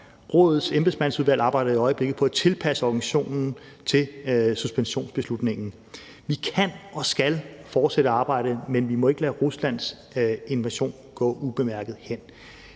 Rådets embedsmandsudvalg arbejder i øjeblikket på at tilpasse organisationen til suspensionsbeslutningen. Kl. 21:45 Vi kan og skal fortsætte arbejdet, men vi må ikke lade Ruslands invasion gå ubemærket hen.